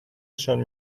نشان